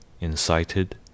incited